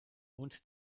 und